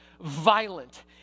violent